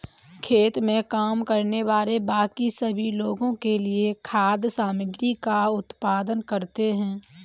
खेत में काम करने वाले बाकी सभी लोगों के लिए खाद्य सामग्री का उत्पादन करते हैं